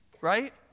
Right